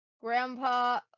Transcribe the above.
Grandpa